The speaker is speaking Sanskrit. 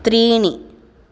त्रीणि